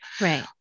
right